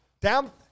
Down